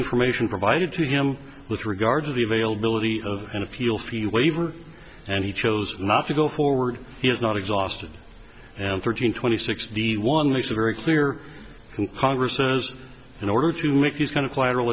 information provided to him with regard to the availability of an appeal fee waiver and he chose not to go forward he has not exhausted and thirteen twenty sixty one makes a very clear congress says in order to make these kind of